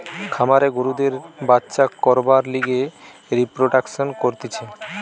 খামারে গরুদের বাচ্চা করবার লিগে রিপ্রোডাক্সন করতিছে